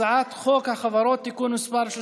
הצעת חוק החברות (תיקון מס' 34)